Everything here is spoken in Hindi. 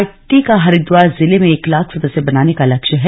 पार्टी हरिद्वार जिले में एक लाख सदस्य बनाने का लक्ष्य है